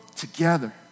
together